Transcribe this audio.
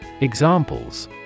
Examples